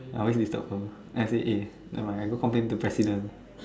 I always disturb her I say eh never mind I go complain to president